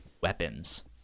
weapons